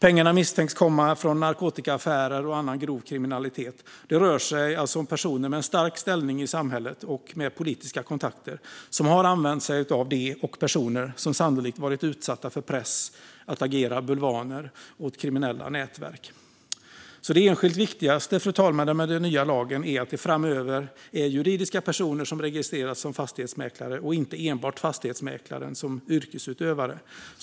Pengarna misstänks komma från narkotikaaffärer och annan grov kriminalitet. Det rör sig om personer som använt sig av sin starka ställning i samhället och sina politiska kontakter. Det handlar också sannolikt om personer som varit utsatta för press att agera bulvaner åt kriminella nätverk. Fru talman! Det enskilt viktigaste med den nya lagen är att de som kan kontrolleras framöver är juridiska personer som registreras som fastighetsmäklare och inte enbart fastighetsmäklare som yrkesutövare.